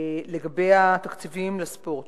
לגבי תקציבים בספורט,